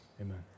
Amen